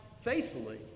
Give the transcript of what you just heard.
faithfully